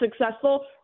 successful